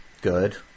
Good